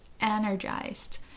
energized